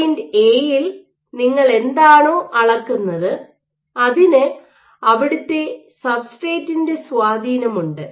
point A യിൽ നിങ്ങൾ എന്താണോ അളക്കുന്നത് അതിന് അവിടുത്തെ സബ്സ്ട്രറ്റിന്റെ സ്വാധീനമുണ്ട്